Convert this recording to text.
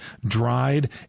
dried